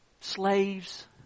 slaves